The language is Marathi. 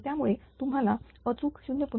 तर त्यामुळे तुम्हाला अचूक 0